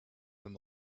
him